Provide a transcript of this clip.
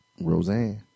Roseanne